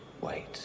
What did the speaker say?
Wait